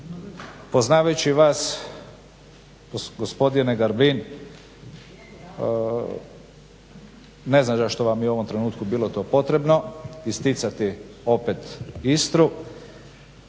Poznavajući vas gospodine Grbin, ne znam što vam je u ovom trenutku bilo to potrebno isticati opet Istru,